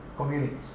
Communities